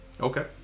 okay